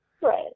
Right